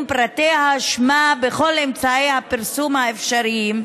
פרטיה ושמה בכל אמצעי הפרסום האפשריים,